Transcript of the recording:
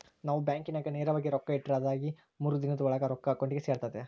ನಾವು ಬ್ಯಾಂಕಿನಾಗ ನೇರವಾಗಿ ರೊಕ್ಕ ಇಟ್ರ ಅದಾಗಿ ಮೂರು ದಿನುದ್ ಓಳಾಗ ರೊಕ್ಕ ಅಕೌಂಟಿಗೆ ಸೇರ್ತತೆ